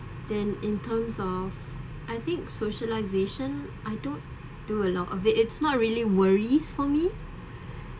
then in terms of I think socialisation I don't do a lot of it it's not really worries for me